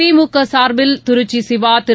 திமுக சார்பில் திருச்சி சிவா திரு